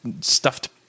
stuffed